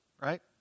right